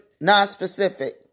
non-specific